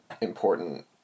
important